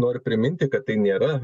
noriu priminti kad tai nėra